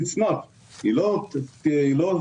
תצמח, היא לא תצנח.